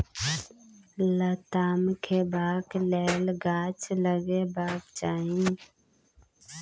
लताम खेबाक लेल गाछ लगेबाक चाही